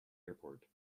airport